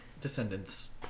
descendants